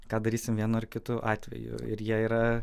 ką darysim vienu ar kitu atveju ir jie yra